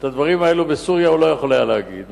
את הדברים האלה הוא לא יכול היה להגיד בסוריה,